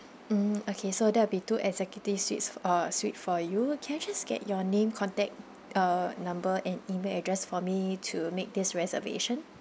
mm okay so that will be two executive suites uh suite for you uh can I just get your name contact uh number and email address for me to make this reservation